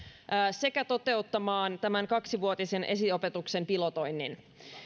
sekä toteuttamaan kaksivuotisen esiopetuksen pilotoinnin